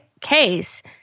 case